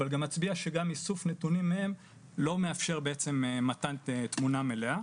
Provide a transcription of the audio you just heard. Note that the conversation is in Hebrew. ומצביע שגם איסוף נתונים מהם לא מאפשר מתן תמונה מלאה.